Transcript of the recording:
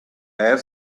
have